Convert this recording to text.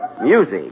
music